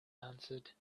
answered